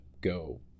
go